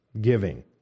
giving